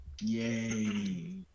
Yay